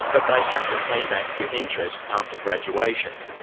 but they have to pay back with interest after graduation.